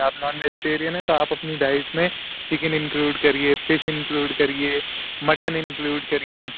آپ non vegetarian ہے تو آپ اپنی ڈائٹ میں چکن انکلوڈ کریے فش انکلوڈ کریے مٹن انکلوڈ کریے